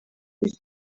cye